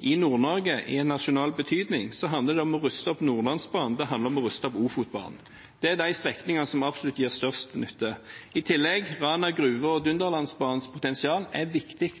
i Nord-Norge, i en nasjonal betydning, handler det om å ruste opp Nordlandsbanen, og det handler om å ruste opp Ofotbanen. Det er de strekningene som absolutt gir størst nytte. I tillegg er Rana Gruber og Dunderlandsbanens potensial viktig.